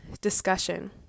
discussion